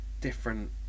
different